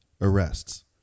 arrests